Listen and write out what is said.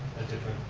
a different